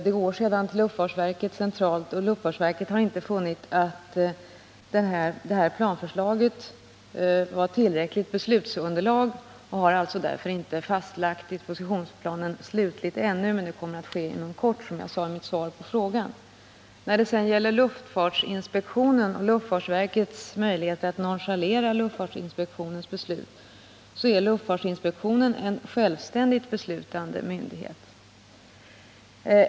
Det går sedan till luftfartsverket centralt, och verket har inte funnit att det här planförslaget var tillräckligt beslutsunderlag och har därför inte fastlagt dispositionsplanen slutligt ännu. Men det kommer att ske inom kort, som jag sade i mitt svar. I fråga om luftfartsverkets möjligheter att nonchalera luftfartsinspektionens beslut vill jag påpeka att luftfartsinspektionen är en självständigt beslutande myndighet.